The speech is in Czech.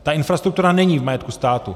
Ta infrastruktura není v majetku státu.